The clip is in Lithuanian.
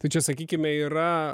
tai čia sakykime yra